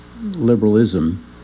liberalism